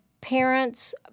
parents